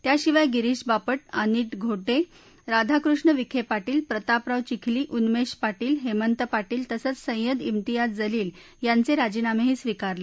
त्याशिवाय गिरीश बापट अनिट गोटे राधाकृष्ण विखे पाटील प्रतापराव चिखली उन्मेश पाटील हेमंत पाटील तसंच सय्यद मेतियाज जलील यांचे राजीनामेही स्वीकारले